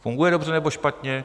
Funguje dobře, nebo špatně?